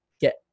get